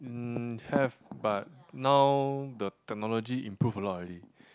mm have but now the technology improve a lot already